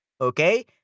Okay